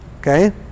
okay